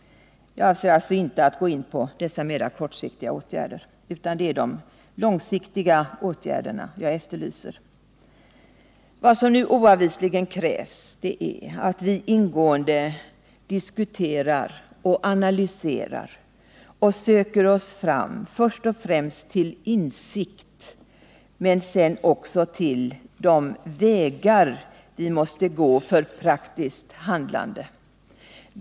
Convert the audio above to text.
Jag avser alltså inte att gå in på dessa mer kortsiktiga åtgärder mot ungdomsarbetslösheten, utan det är de långsiktiga åtgärderna jag efterlyser. Vad som nu oavvisligen krävs är att vi ingående diskuterar, analyserar och söker oss fram först och främst till insikt, men sedan också till de vägar vi måste gå för praktiskt handlande.